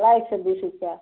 एक सौ बीस रुपये